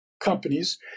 companies